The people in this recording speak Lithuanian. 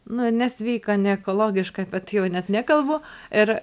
nu nesveika neekologiška apie tai jau net nekalbu ir